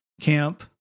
camp